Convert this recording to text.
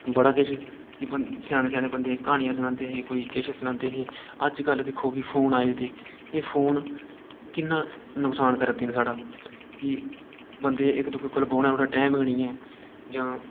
बड़ा किश कि बन्दे स्याने स्याने बन्दे क्हानियां सनांदे हे कोई किश सनांदे हे अज्जकल दिक्खो कि फोन आई गेदे एह् फोन किन्ना नुकसान करै दे न साढ़ा कि बंदे इक दुए कोल बौह्ने जुगड़ा टैम गै नि ऐ जां